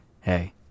Hey